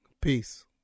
peace